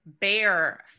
bear